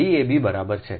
Dab બરાબર છે